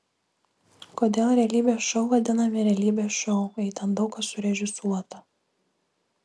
kodėl realybės šou vadinami realybės šou jei ten daug kas surežisuota